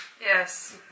Yes